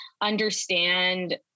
understand